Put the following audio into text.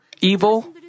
evil